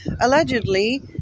allegedly